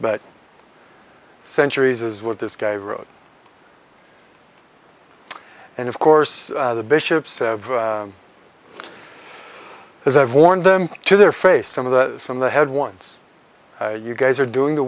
but centuries is what this guy wrote and of course the bishops because i've warned them to their face some of the some of the head once you guys are doing the